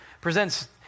presents